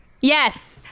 Yes